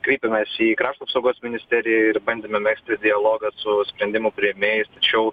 kreipėmės į krašto apsaugos ministeriją ir bandėme megzti dialogą su sprendimų priėmėjais tačiau